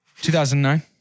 2009